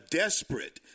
desperate